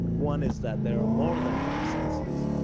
one is that there are more than five senses.